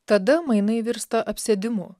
tada mainai virsta apsėdimu